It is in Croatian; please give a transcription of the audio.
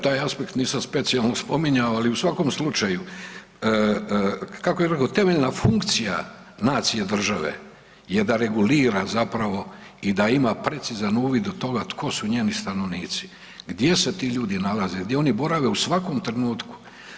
Taj aspekt nisam specijalno spominjao, ali u svakom slučaju kako je rekao, temeljna funkcija nacije države je da regulira zapravo i da ima precizan uvid u to tko su njeni stanovnici, gdje se ti ljudi nalaze, gdje oni borave u svakom trenutku.